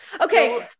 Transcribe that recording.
Okay